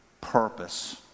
purpose